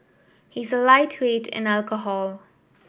he is a lightweight in alcohol